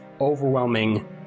overwhelming